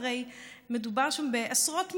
הרי מדובר שם בעשרות מיליארדים,